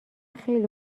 خیلی